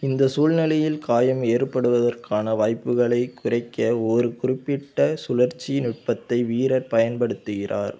இந்த சூழ்நிலையில் காயம் ஏற்படுவதற்கான வாய்ப்புகளைக் குறைக்க ஒரு குறிப்பிட்ட சுழற்சி நுட்பத்தை வீரர் பயன்படுத்துகிறார்